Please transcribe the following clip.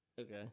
Okay